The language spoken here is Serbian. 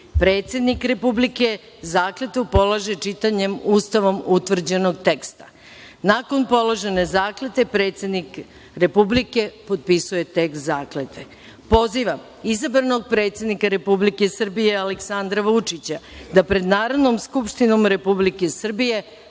predsednik Republike zakletvu polaže čitanjem Ustavom utvrđenog teksta. Nakon položene zakletve, predsednik Republike potpisuje tekst zakletve. Pozivam izabranog predsednika Republike Srbije Aleksandra Vučića da pred Narodnom skupštinom Republike Srbije